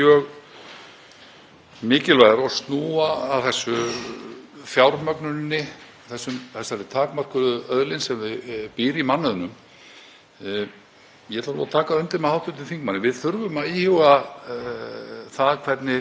Ég ætla að taka undir með hv. þingmanni. Við þurfum að íhuga hvernig betri vinnutími er t.d. að koma út. Það er augljóst að það er ekkert að koma sérstaklega út fyrir vaktavinnustéttir í þessu samhengi.